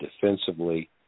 defensively